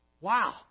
wow